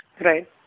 Right